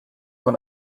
man